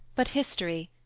but history,